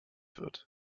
wird